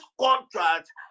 contract